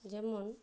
ᱡᱮᱢᱚᱱ